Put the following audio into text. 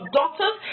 doctors